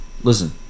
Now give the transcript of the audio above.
Listen